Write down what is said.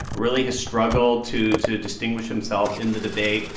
really has struggled to to distinguish himself in the debate.